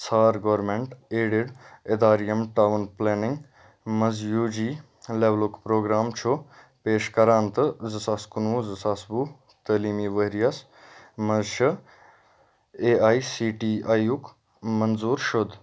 ژھار government aided اِدارٕ یِم ٹاوُن پُلینِنٛگ مَنٛز یوٗ جی لیولُک پرٛوگرام چھُ پیش کَران تہٕ زٕ ساس کُنوُہ زٕ ساس وُہ تٲلیٖمی ؤرۍ یَس مَنٛز چھِ A I C T I یُک منظوٗر شُد